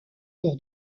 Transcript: pour